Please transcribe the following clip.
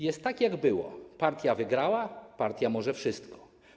Jest tak, jak było: partia wygrała, partia może wszystko.